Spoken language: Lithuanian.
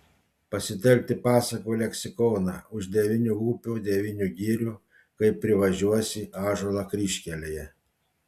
pasitelkti pasakų leksikoną už devynių upių devynių girių kai privažiuosi ąžuolą kryžkelėje